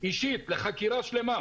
לחקירה שלמה